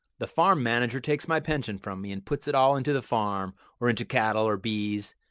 the farm manager takes my pension from me and puts it all into the farm or into cattle or bees,